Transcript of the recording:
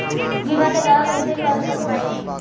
बीमा के दावा कईसे कर पाएम?